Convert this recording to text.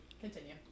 Continue